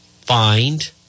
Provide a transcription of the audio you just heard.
Find